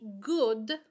good